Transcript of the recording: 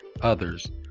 others